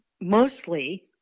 mostly